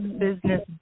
business